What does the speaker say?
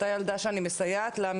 אותה ילדה שאני מסייעת לה,